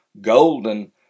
Golden